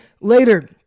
later